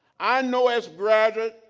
i know as graduates,